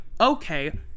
okay